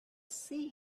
sea